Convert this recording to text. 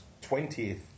20th